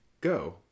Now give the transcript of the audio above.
go